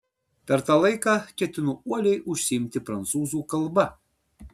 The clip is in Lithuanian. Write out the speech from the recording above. per tą laiką ketinu uoliai užsiimti prancūzų kalba